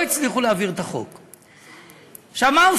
לא הצליחו להעביר את החוק.